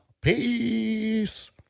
Peace